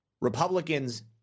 Republicans